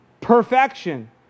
perfection